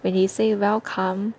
when you say welcome